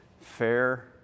fair